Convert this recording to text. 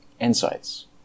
insights